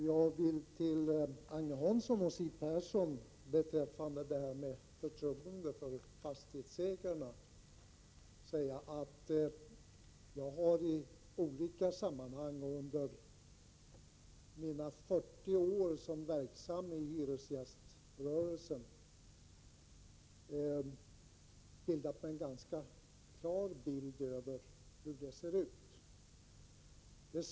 Herr talman! När det gäller förtroendet för fastighetsägarna vill jag till Agne Hansson och Siw Persson säga att jag under de 40 år jag har varit verksam i hyresgäströrelsen har bildat mig en ganska klar bild av förhållandena.